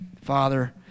Father